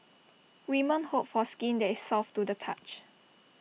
women hope for skin that is soft to the touch